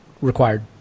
required